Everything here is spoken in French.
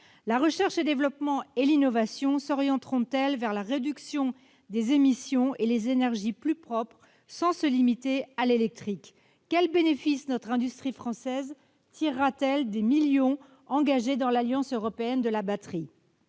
La recherche et développement et l'innovation s'orienteront-elles vers la réduction des émissions de gaz à effet de serre et les énergies plus propres, sans se limiter à l'électrique ? Quel bénéfice notre industrie française tirera-t-elle des millions engagés dans l'Alliance européenne pour les batteries ?